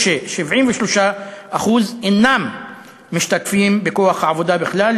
ו-73% אינם משתתפים בכוח העבודה בכלל,